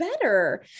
better